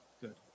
Good